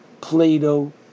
Plato